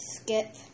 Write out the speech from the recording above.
skip